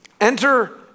Enter